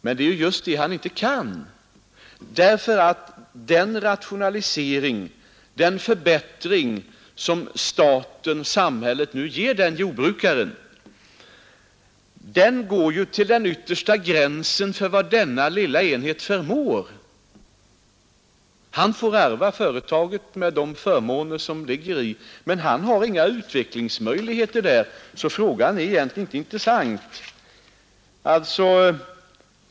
Men det är ju just det han inte kan! Den rationalisering, den förbättring som staten, samhället, nu ger en sådan jordbrukare gar ju till den yttersta gränsen för vad denna lilla enhet förmår Barnen får ärva företaget med de förmåner som ligger däri, men de har inga utvecklingsmöjligheter där, så frågan är egentligen inte intressant.